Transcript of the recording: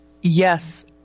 Yes